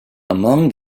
among